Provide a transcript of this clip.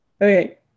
Okay